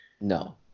No